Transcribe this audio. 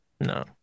No